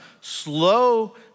Slow